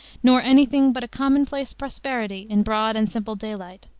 nor any thing but a commonplace prosperity in broad and simple daylight.